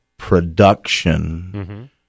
production